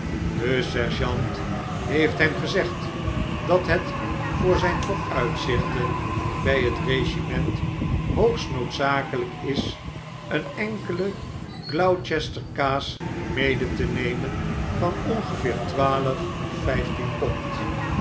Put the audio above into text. de sergeant heeft hem gezegd dat het voor zyn vooruitzichten by het regiment hoogst noodzakelyk is een enkele gloucester kaas mede te nemen van ongeveer twaalf of vijftien pond